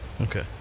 Okay